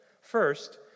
First